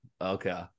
okay